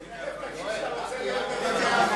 תיכף תגיד שאתה רוצה להיות מבקר המדינה.